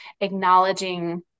acknowledging